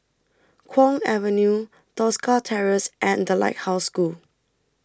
Kwong Avenue Tosca Terrace and The Lighthouse School